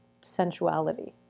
sensuality